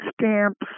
stamps